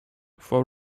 for